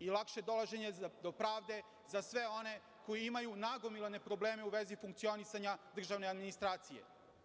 i lakše dolaženje do pravde za sve one koji imaju nagomilane probleme u vezi funkcionisanja državne administracije.